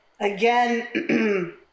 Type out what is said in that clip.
again